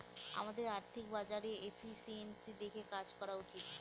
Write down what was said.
আমাদের আর্থিক বাজারে এফিসিয়েন্সি দেখে কাজ করা উচিত